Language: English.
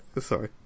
Sorry